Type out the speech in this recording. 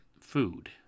food